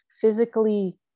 physically